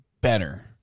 better